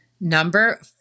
Number